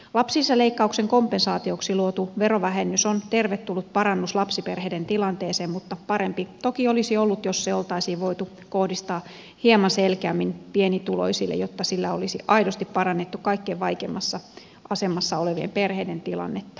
lapsilisäleikkauksen kompensaatioksi luotu verovähennys on tervetullut parannus lapsiperheiden tilanteeseen mutta parempi toki olisi ollut jos se oltaisiin voitu kohdistaa hieman selkeämmin pienituloisille jotta sillä olisi aidosti parannettu kaikkein vaikeimmassa asemassa olevien perheiden tilannetta